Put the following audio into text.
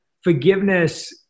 forgiveness